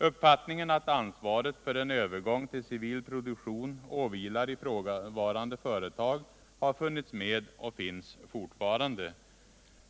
Uppfattningen att ansvaret för en övergång till civil produktion åvilar ifrågavarande företag har funnits med och finns fortfarande.